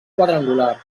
quadrangular